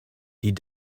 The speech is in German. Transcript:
die